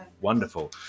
wonderful